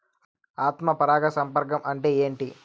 ఆత్మ పరాగ సంపర్కం అంటే ఏంటి?